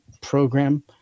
program